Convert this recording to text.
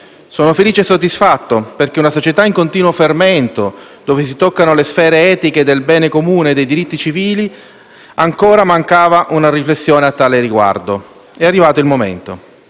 Sono felice e soddisfatto, perché in una società in continuo fermento, dove si toccano le sfere etiche del bene comune e dei diritti civili, ancora mancava una riflessione a tale riguardo. È arrivato il momento.